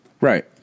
Right